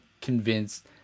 convinced